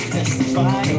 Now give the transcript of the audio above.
Testify